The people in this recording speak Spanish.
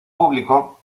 público